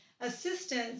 assistance